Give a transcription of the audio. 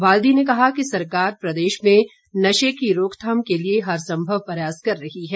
बाल्दी ने कहा कि सरकार प्रदेश में नशे की रोकथाम के लिए हरसंभव प्रयास कर रही है